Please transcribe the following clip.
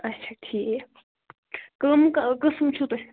اچھا ٹھیٖک کَم کہٕ قٕسٕم چھُو تۄہہِ